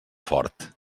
fort